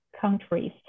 countries